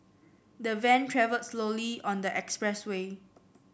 the van travelled slowly on the expressway